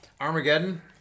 Armageddon